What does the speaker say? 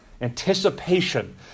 anticipation